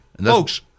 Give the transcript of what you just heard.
folks